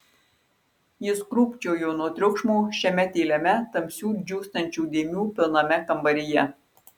jis krūpčiojo nuo triukšmo šiame tyliame tamsių džiūstančių dėmių pilname kambaryje